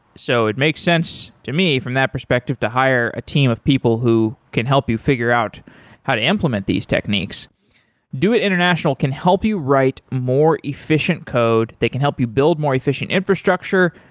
so it makes sense to me from that perspective to hire a team of people who can help you figure out how to implement these techniques doit international can help you write more efficient code, they can help you build more efficient infrastructure.